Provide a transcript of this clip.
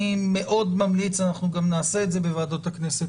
אני מאוד ממליץ, ואנחנו נעשה את זה בוועדות הכנסת